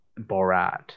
Borat